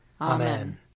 Amen